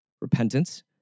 Repentance